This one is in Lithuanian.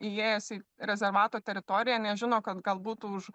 įėjęs į rezervato teritoriją nežino kad galbūt už